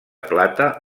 plata